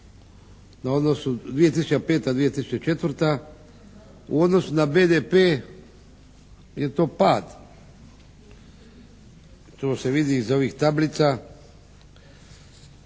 na odnosu 2005., 2004., u odnosu na BDP je to pad. To se vidi iz ovih tablica